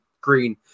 Green